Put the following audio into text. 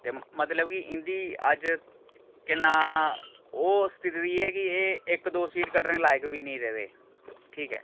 ते मतलब कि इं'दी अज्ज केह् नांऽ ओह् स्थिति दी ऐ कि एह् इक दो सीट कट्टने लायक बी निं रेह्दे ठीक ऐ